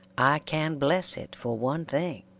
i can bless it for one thing